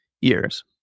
years